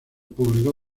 público